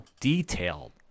detailed